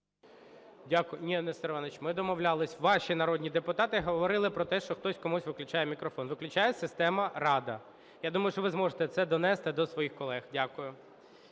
Дякую.